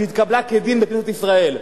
שהתקבלה כדין בכנסת ישראל.